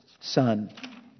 son